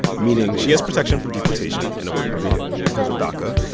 meaning she has protection from deportation and a work permit because of daca.